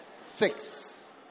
six